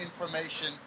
information